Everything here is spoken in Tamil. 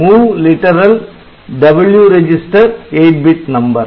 move literal W register 8 bit number